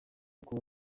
kuba